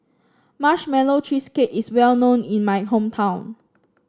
Marshmallow Cheesecake is well known in my hometown